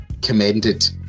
commended